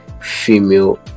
female